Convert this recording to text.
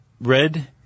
red